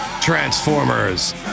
Transformers